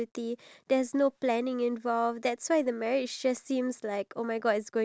who has been married and then they already have kids for like a long time